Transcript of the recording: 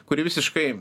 kur visiškai